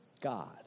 God